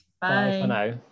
Bye